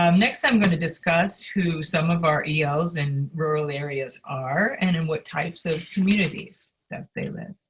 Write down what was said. um next i'm going to discuss who some of our els in rural areas are and in what types of communities that they live.